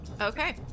Okay